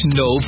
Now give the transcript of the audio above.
no